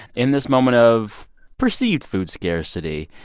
in this moment of perceived food scarcity,